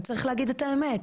וצריך להגיד את האמת.